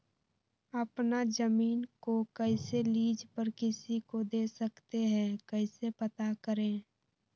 अपना जमीन को कैसे लीज पर किसी को दे सकते है कैसे पता करें?